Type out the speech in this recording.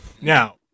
now